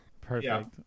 Perfect